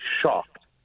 shocked